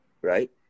right